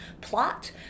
plot